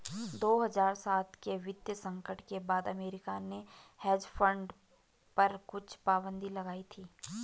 दो हज़ार सात के वित्तीय संकट के बाद अमेरिका ने हेज फंड पर कुछ पाबन्दी लगाई थी